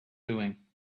doing